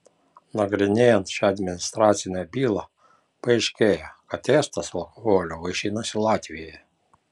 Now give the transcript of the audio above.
nagrinėjant šią administracinę bylą paaiškėjo kad estas alkoholiu vaišinosi latvijoje